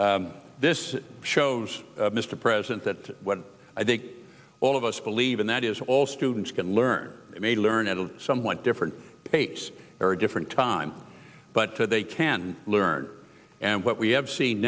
this shows mr president that what i think all of us believe and that is all students can learn made learn at a somewhat different pace or a different time but they can learn and what we have seen